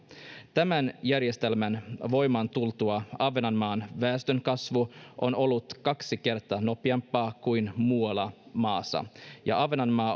tämän järjestelmän voimaantulon jälkeen ahvenanmaan väestönkasvu on ollut kaksi kertaa nopeampaa kuin muualla maassa ja ahvenmaa